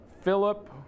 Philip